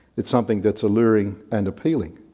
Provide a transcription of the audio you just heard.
it's something that's alluring and appealing.